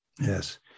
Yes